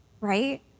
Right